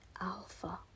Alpha